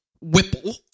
Whipple